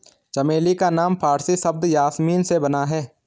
चमेली का नाम फारसी शब्द यासमीन से बना है